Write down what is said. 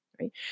right